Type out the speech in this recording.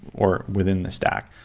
or within the stack.